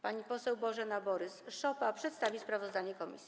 Pani poseł Bożena Borys-Szopa przedstawi sprawozdanie komisji.